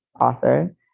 author